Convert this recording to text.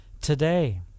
today